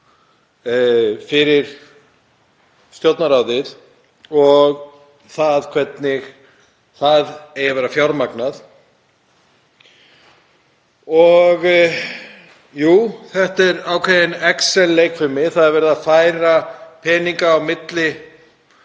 fyrir Stjórnarráðið og hvernig það eigi að vera fjármagnað. Jú, þetta er ákveðin excel-leikfimi, verið að færa peninga á milli